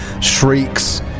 shrieks